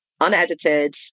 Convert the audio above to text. unedited